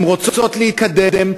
הן רוצות להתקדם,